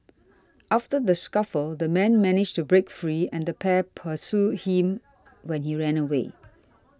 after the scuffle the man managed to break free and the pair pursued him when he ran away